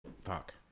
fuck